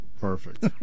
Perfect